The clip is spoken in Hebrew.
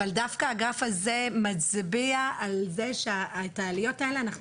אבל דווקא הגרף הזה מצביע על זה שאת העליות האלה אנחנו